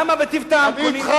למה ב"טיב טעם" קונים?